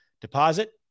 deposit